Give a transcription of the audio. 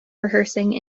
rehearsing